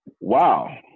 Wow